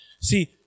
See